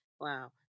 Wow